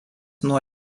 nuo